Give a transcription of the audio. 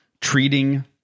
treating